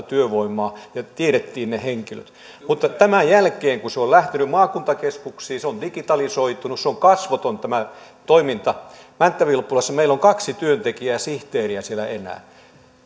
työvoimaa ja tiedettiin ne henkilöt mutta tämän jälkeen kun se on lähtenyt maakuntakeskuksiin se on digitalisoitunut se on kasvotonta tämä toiminta meillä mänttä vilppulassa siellä on enää kaksi työntekijää sihteeriä